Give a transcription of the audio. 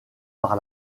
par